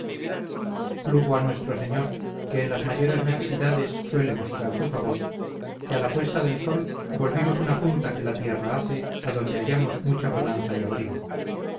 plugo a nuestro señor que en las mayores necesidades suele mostrar su favor que a puesta del sol volvimos una punta que la tierra hace adonde hallamos mucha bonanza y abrigo